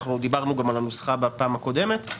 אנחנו דיברנו גם על הנוסחה בפעם הקודמת.